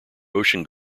ocean